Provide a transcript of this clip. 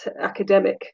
academic